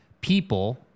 people